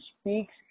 speaks